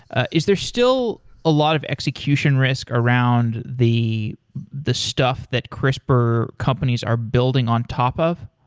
is there still a lot of execution risk around the the stuff that crispr companies are building on top of?